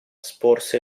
sporse